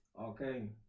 okay